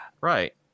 Right